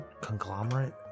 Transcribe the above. Conglomerate